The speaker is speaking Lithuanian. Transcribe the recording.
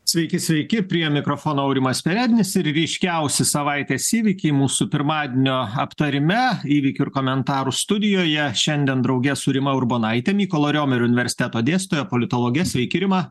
sveiki sveiki prie mikrofono aurimas perednis ir ryškiausi savaitės įvykiai mūsų pirmadienio aptarime įvykių ir komentarų studijoje šiandien drauge su rima urbonaite mykolo riomerio universiteto dėstytoja politologe sveiki rima